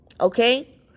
okay